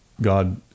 God